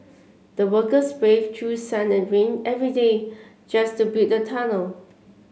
the workers braved through sun and rain every day just to build the tunnel